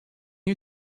you